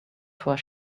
four